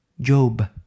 Job